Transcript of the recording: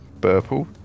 purple